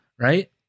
right